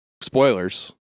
spoilers